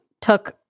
took